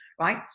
right